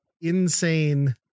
insane